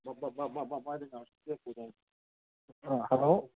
hello